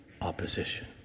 opposition